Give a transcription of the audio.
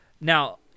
Now